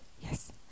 Yes